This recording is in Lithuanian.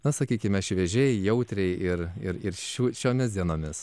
na sakykime šviežiai jautriai ir ir ir šių šiomis dienomis